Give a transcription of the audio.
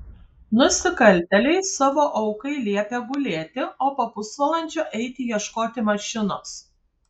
nusikaltėliai savo aukai liepė gulėti o po pusvalandžio eiti ieškoti mašinos